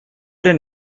den